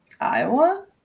Iowa